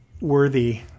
worthy